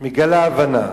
מגלה הבנה,